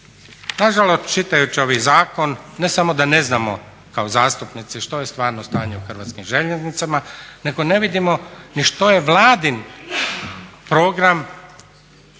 Nažalost čitajući ovaj zakon ne samo da ne znamo kao zastupnici što je stvarno stanje u Hrvatskim željeznicama, nego ne vidimo ni što je Vladin program